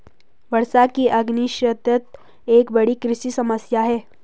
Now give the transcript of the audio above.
वर्षा की अनिश्चितता एक बड़ी कृषि समस्या है